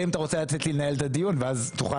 אלא אם אתה רוצה לתת לי לנהל את הדיון ואז תוכל